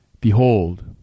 Behold